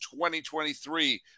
2023